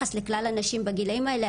ביחס לכלל הנשים בגילאים האלה,